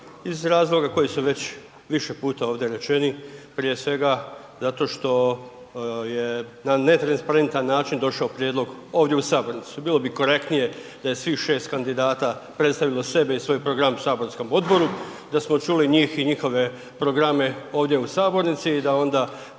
iz razloga koji su već više puta ovdje rečeni, prije svega zato što je na ne transparentan način došao prijedlog ovdje u sabornicu. Bilo bi korektnije da je svih šest kandidata predstavilo sebe i svoj program saborskom odboru, da smo čuli njih i njihove programe ovdje u sabornici i da onda